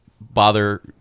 bother